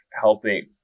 helping